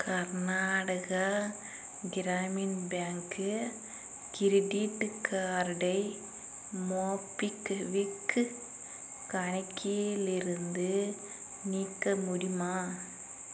கர்நாடகா கிராமின் பேங்க்கு கிரெடிட் கார்டை மோபிக்விக் கணக்கிலிருந்து நீக்க முடியுமா